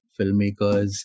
filmmakers